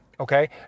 Okay